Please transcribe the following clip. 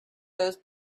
those